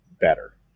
better